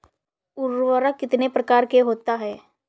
उर्वरक कितनी प्रकार के होता हैं?